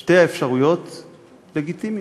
שתי האפשרויות לגיטימיות.